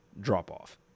drop-off